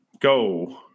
Go